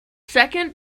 second